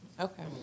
Okay